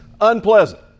unpleasant